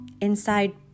Inside